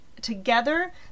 Together